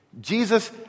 Jesus